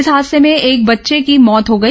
इस हादसे में एक बच्चे की मौत हो गई